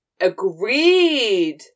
Agreed